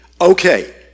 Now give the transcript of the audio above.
okay